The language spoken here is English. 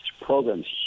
programs